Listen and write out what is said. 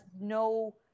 no